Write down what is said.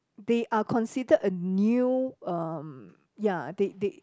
they are considerd a new um ya they they